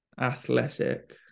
athletic